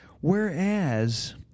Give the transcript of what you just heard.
Whereas